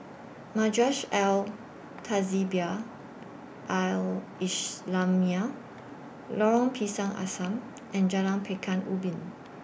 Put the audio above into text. Madrasah Al Tahzibiah Al Islamiah Lorong Pisang Asam and Jalan Pekan Ubin